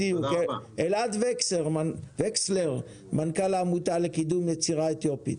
אלעד וקסלר, מנכ"ל העמותה לקידום יצירה אתיופית.